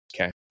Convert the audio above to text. Okay